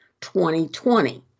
2020